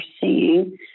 seeing